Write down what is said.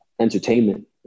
entertainment